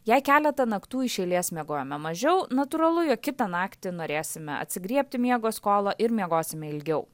jei keletą naktų iš eilės miegojome mažiau natūralu jog kitą naktį norėsime atsigriebti miego skolą ir miegosime ilgiau